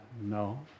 No